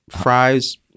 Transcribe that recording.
fries